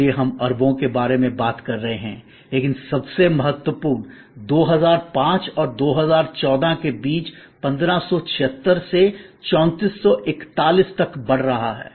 इसलिए हम अरबों के बारे में बात कर रहे हैं लेकिन सबसे महत्वपूर्ण 2005 और 2014 के बीच 1576 से 3441 तक बढ़ रहा है